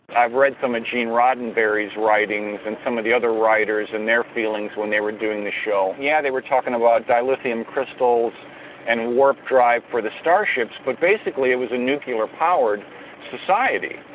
i've read some a gene roddenberry's writings and some of the other writers and their feelings when they were doing the show. yeah, they were talking about dilithium crystals and warp drive for the starships, but basically it was a nuclear-powered society.